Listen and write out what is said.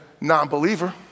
non-believer